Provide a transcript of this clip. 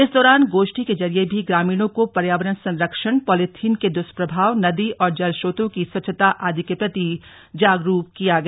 इस दौरान गोष्ठी के जरिए भी ग्रामीणों को पर्यावरण संरक्षण पॉलीथीन के दुष्प्रभाव नदी और जल स्रोतों की स्वच्छता आदि के प्रति जागरूक किया गया